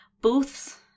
booths